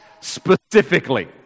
specifically